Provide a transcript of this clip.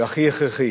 והכי הכרחי